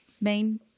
main